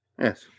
Yes